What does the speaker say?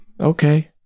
Okay